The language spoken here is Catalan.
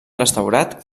restaurat